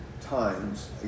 times